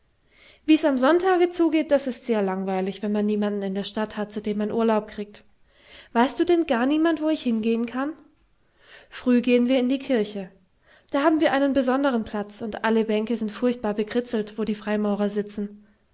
wie's am sonntage zugeht das ist sehr langweilig wenn man niemand in der stadt hat zu dem man urlaub kriegt weißt du denn gar niemand wo ich hingehen kann früh gehen wir in die kirche da haben wir einen besondern platz und alle bänke sind furchtbar bekritzelt wo die freimaurer sitzen